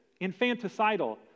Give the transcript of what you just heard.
infanticidal